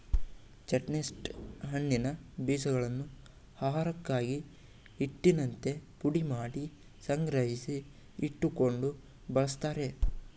chestnut ಹಣ್ಣಿನ ಬೀಜಗಳನ್ನು ಆಹಾರಕ್ಕಾಗಿ, ಹಿಟ್ಟಿನಂತೆ ಪುಡಿಮಾಡಿ ಸಂಗ್ರಹಿಸಿ ಇಟ್ಟುಕೊಂಡು ಬಳ್ಸತ್ತರೆ